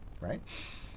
right